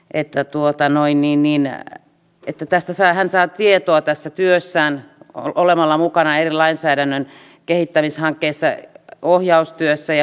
että tuota noin niin katsoo että hän saa tietoa tässä työssään olemalla mukana eri lainsäädännön kehittämishankkeissa ohjaustyössä ja valvonnassa